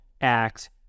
act